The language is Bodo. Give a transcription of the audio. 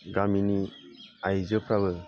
गामिनि आइजोफ्राबो